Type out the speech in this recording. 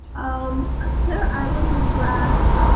um ah sir i wanted to ask.